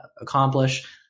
accomplish